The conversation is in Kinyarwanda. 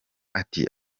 ati